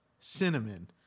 Cinnamon